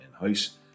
in-house